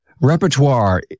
Repertoire